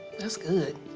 that's good.